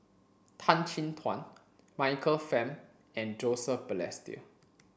Tan Chin Tuan Michael Fam and Joseph Balestier